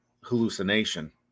hallucination